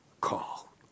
call